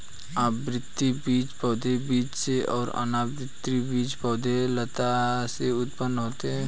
आवृतबीजी पौधे बीज से और अनावृतबीजी पौधे लता से उत्पन्न होते है